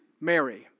Mary